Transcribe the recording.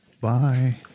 Bye